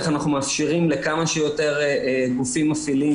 איך אנחנו מאפשרים לכמה שיותר גופים מפעילים.